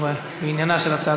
בגלל זה אני שותק.